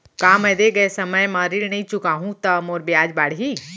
का मैं दे गए समय म ऋण नई चुकाहूँ त मोर ब्याज बाड़ही?